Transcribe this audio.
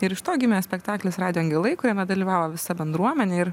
ir iš to gimė spektaklis radijo angelai kuriame dalyvavo visa bendruomenė ir